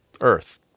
earth